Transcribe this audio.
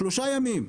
שלושה ימים,